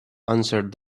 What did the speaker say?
answered